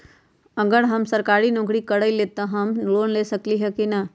अगर हम सरकारी नौकरी करईले त हम लोन ले सकेली की न?